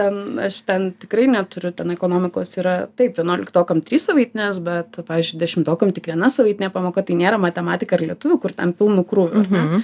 ten aš ten tikrai neturiu ten ekonomikos yra taip vienuoliktokam trys savaitinės bet pavyzdžiui dešimtokam tik viena savaitinė pamoka tai nėra matematika ir lietuvių kur ten pilnu krūviu ar ne